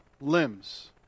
limbs